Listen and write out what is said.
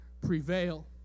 prevail